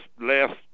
last